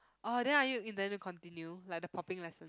orh then are you intending to continue like the popping lesson